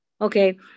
Okay